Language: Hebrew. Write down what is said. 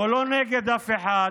הוא לא נגד אף אחד.